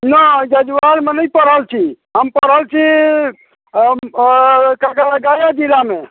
नहि जजुआरमे नहि पढ़ल छी हम पढ़ल छीऽ हम कल कहलकैया गया जिलामे